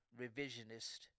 revisionist